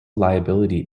liability